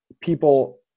people –